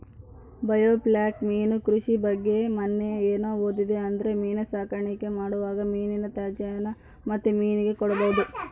biofloc ಮೀನು ಕೃಷಿ ಬಗ್ಗೆ ಮನ್ನೆ ಏನು ಓದಿದೆ ಅಂದ್ರೆ ಮೀನು ಸಾಕಾಣಿಕೆ ಮಾಡುವಾಗ ಮೀನಿನ ತ್ಯಾಜ್ಯನ ಮತ್ತೆ ಮೀನಿಗೆ ಕೊಡಬಹುದು